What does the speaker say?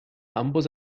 ambos